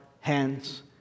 hands